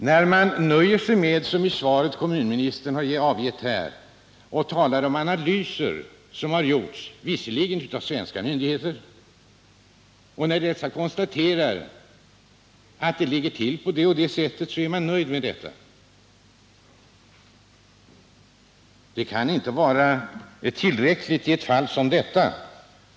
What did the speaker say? Att som kommunministern har gjort i svaret nöja sig med att hänvisa till analyser som gjorts — visserligen av svenska myndigheter — och konstatera att det ligger till på det ena eller andra sättet kan inte vara tillräckligt i ett fall som detta.